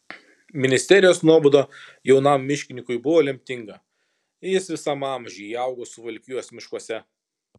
ministerijos nuobauda jaunam miškininkui buvo lemtinga jis visam amžiui įaugo suvalkijos miškuose